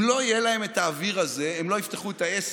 אם לא יהיה להם את האוויר הזה הם לא יפתחו את העסק,